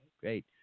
Great